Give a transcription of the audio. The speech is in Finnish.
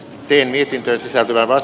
teen mietintöön sisältyvänvat